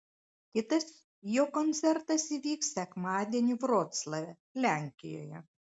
kitas jo koncertas įvyks sekmadienį vroclave lenkijoje